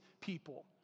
people